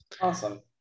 awesome